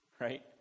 right